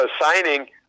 signing